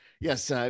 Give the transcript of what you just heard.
Yes